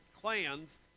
clans